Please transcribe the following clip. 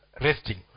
resting